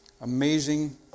Amazing